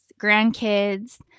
grandkids